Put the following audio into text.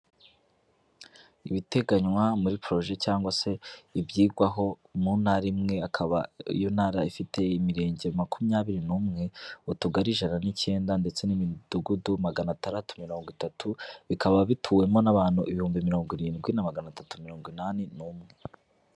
Ibiteganywa muri poroje cyangwag se ibyigwaho mu ntara imwe, akaba iyo ntara ifite imirenge makumyabiri n'umwe, utugari ijana n'ikenda, ndetse n'imidugudu magana atandatu mirongo itatu, bikaba bituwemo n'abantu ibihumbi mirongo irindwi na magana atatu mirongo inani n'umwe.